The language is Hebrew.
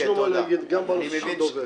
יש לו מה להגיד גם בנושא של דובב.